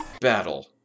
Battle